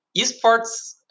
eSports